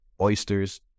oysters